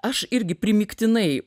aš irgi primygtinai